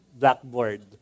blackboard